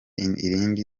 irindi